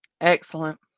Excellent